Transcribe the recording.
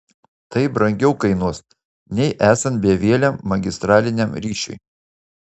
tai brangiau kainuos nei esant bevieliam magistraliniam ryšiui